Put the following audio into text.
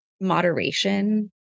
moderation